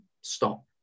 stop